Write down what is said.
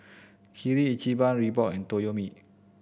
Kirin Ichiban Reebok and Toyomi